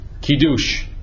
Kiddush